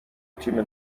تیم